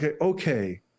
okay